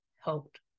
helped